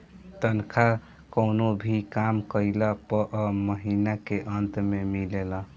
तनखा कवनो भी काम कइला पअ महिना के अंत में मिलेला